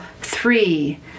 three